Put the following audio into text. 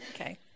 Okay